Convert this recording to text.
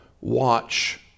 Watch